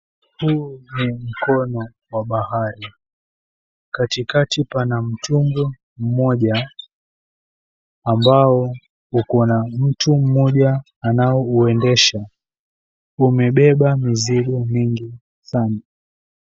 Huu ni mkono wa bahari. Katikati pana mtumbwi mmoja ambao uko na mtu mmoja anaouendesha. Umebeba mizigo mingi sana.